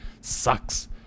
sucks